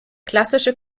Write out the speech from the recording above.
klassische